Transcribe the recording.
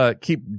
keep